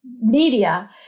media